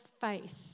faith